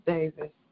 Davis